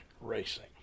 racing